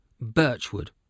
Birchwood